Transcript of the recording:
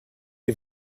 les